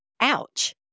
Ouch